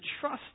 trust